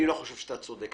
אני לא חושב שאתה צודק.